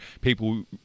people